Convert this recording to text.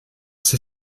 ces